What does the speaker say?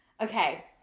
Okay